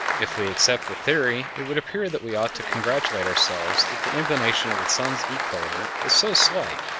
if we accept the theory, it would appear that we ought to congratulate ourselves that the inclination of the sun's equator is so slight,